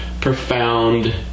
profound